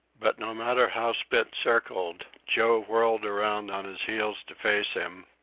but no matter how spitz circled, joe whirled around on his heels to face him,